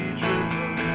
driven